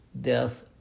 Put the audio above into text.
death